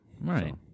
right